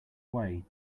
way